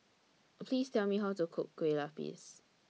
Please Tell Me How to Cook Kueh Lapis